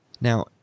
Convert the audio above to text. Now